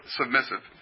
submissive